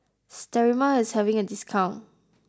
Sterimar is having a discount